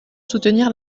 soutenir